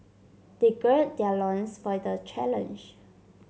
they gird their loins for the challenge